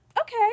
okay